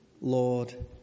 Lord